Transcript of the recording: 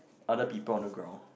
other people on the ground